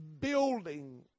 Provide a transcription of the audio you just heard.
building